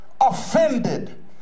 offended